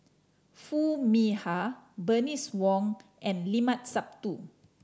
Foo Mee Har Bernice Wong and Limat Sabtu